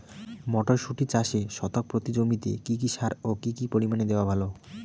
মটরশুটি চাষে শতক প্রতি জমিতে কী কী সার ও কী পরিমাণে দেওয়া ভালো?